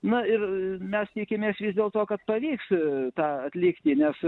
na ir mes tikimės vis dėl to kad pavyks tą atlikti nes